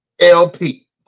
LP